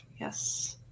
yes